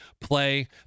play